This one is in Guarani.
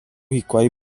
hikuái